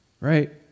Right